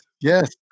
yes